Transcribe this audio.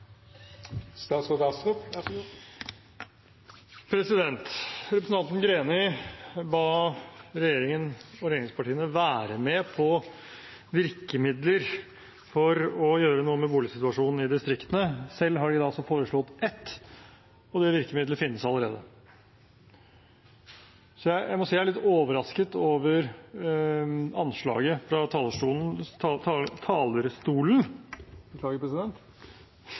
Representanten Greni ba regjeringen og regjeringspartiene være med på virkemidler for å gjøre noe med boligsituasjonen i distriktene. Selv har de foreslått ett, og det virkemidlet finnes allerede. Jeg må si jeg er litt overrasket over anslaget fra talerstolen